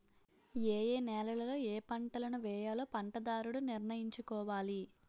ఏయే నేలలలో ఏపంటలను వేయాలో పంటదారుడు నిర్ణయించుకోవాలి